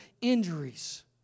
injuries